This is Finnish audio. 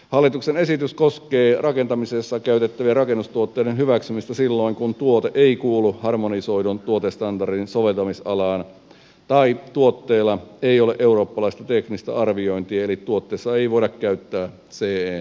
hallituksen esitys koskee rakentamisessa käytettävien rakennustuotteiden hyväksymistä silloin kun tuote ei kuulu harmonisoidun tuotestandardin soveltamisalaan tai tuotteelle ei ole eurooppalaista teknistä arviointia eli tuotteessa ei voida käyttää ce merkintää